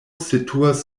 situas